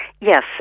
yes